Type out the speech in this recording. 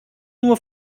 nur